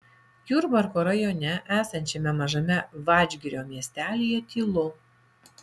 jurbarko rajone esančiame mažame vadžgirio miestelyje tylu